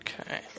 Okay